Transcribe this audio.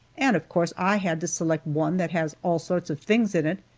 and of course i had to select one that has all sorts of things in it,